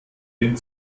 den